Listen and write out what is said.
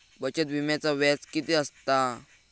बचत विम्याचा व्याज किती असता?